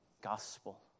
gospel